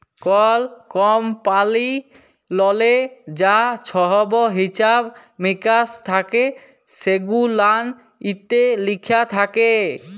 call কমপালিললে যা ছহব হিছাব মিকাস থ্যাকে সেগুলান ইত্যে লিখা থ্যাকে